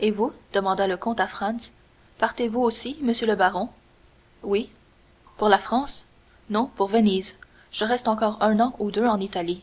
et vous demanda le comte à franz partez-vous aussi monsieur le baron oui pour la france non pour venise je reste encore un an ou deux en italie